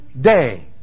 day